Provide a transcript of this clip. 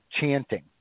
chanting